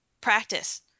practice